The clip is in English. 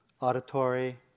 auditory